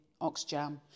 Oxjam